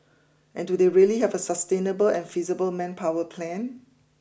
and do they really have a sustainable and feasible manpower plan